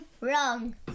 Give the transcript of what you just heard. wrong